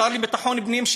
השר לביטחון פנים,